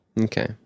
Okay